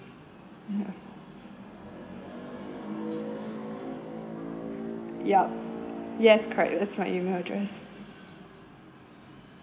ya yup yes correct that's my email address